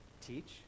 Teach